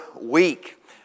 week